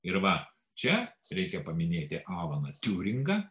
ir va čia reikia paminėti avaną tiuringą